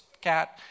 cat